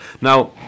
Now